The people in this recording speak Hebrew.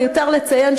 מיותר לציין,